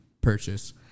purchase